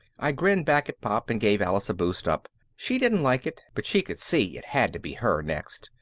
i grinned back at pop and gave alice a boost up. she didn't like it, but she could see it had to be her next.